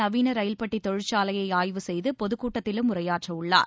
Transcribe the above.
நவீன ரயில்பெட்டி தொழிற்சாலையை ஆய்வு செய்து பொதுக்கூட்டத்திலும் உரையாற்ற உள்ளார்